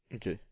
interest